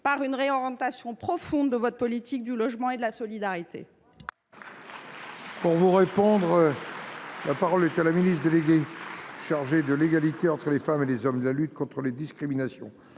par une réorientation profonde de la politique du logement et de la solidarité